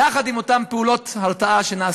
יחד עם אותן פעולות הרתעה שנעשות.